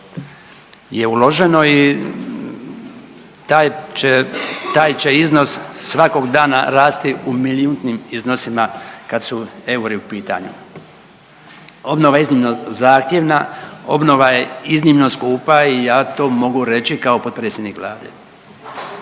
je uloženo i taj će, taj će iznos svakog dana rasti u milijuntnim iznosima kad su euri u pitanju. Obnova je iznimno zahtjevna, obnova je iznimno skupa i ja to mogu reći kao potpredsjednik Vlade.